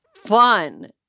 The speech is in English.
fun